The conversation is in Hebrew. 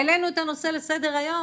העלינו את הנושא לסדר היום,